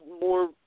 more